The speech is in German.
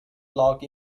lage